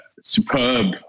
superb